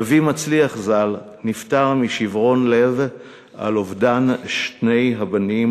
אבי מצליח ז"ל נפטר מאוחר יותר משיברון לב על אובדן שני הבנים.